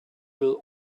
will